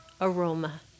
aroma